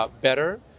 better